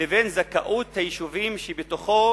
לבין זכאות היישובים שבתוכו